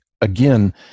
again